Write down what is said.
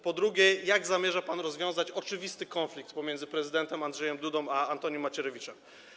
Po drugie: Jak zamierza pan rozwiązać oczywisty konflikt pomiędzy prezydentem Andrzejem Dudą a Antonim Macierewiczem?